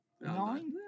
Nine